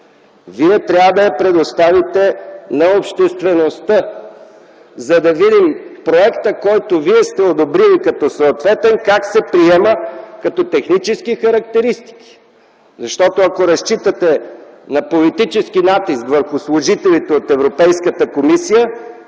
трябва да я предоставите на обществеността, за да видим проекта, който Вие сте одобрили като съответен, как се приема като технически характеристики. Защото ако разчитате на политически натиск върху служителите от Европейската комисия,